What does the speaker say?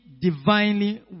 divinely